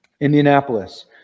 Indianapolis